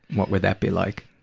what would that be like?